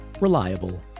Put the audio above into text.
reliable